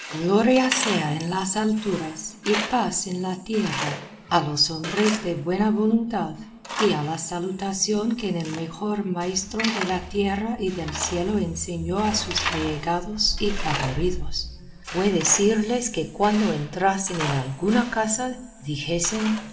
gloria sea en las alturas y paz en la tierra a los hombres de buena voluntad y a la salutación que el mejor maestro de la tierra y del cielo enseñó a sus allegados y favoridos fue decirles que cuando entrasen en alguna casa dijesen